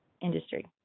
industry